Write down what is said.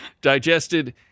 Digested